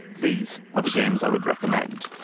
these are the games i would recommend.